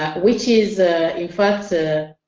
which is in fact